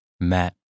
Matt